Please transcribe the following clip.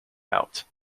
out